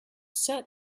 set